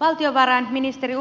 valtiovarainministeri